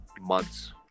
months